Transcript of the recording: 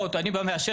בואו, אני בא מהשטח.